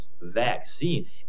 vaccine